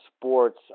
sports